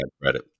credit